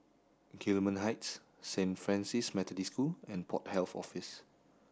Gillman Heights Saint Francis Methodist School and Port Health Office